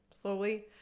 slowly